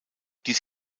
dies